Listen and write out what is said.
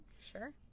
Sure